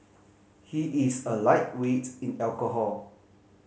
he is a lightweight in alcohol